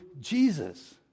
Jesus